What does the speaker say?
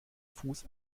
fuß